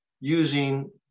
using